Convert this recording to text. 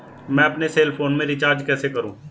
मैं अपने cell phone में रिचार्ज कैसे करूँ?